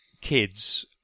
kids